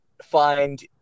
find